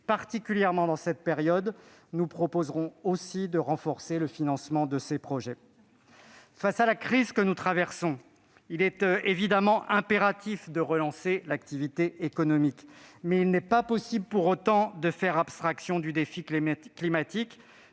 particulièrement dans cette période, nous proposerons aussi de renforcer le financement de ces projets. Face à la crise que nous traversons, il est évidemment impératif de relancer l'activité économique, mais il n'est pas possible pour autant de faire abstraction du défi climatique.